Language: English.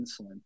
insulin